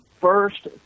first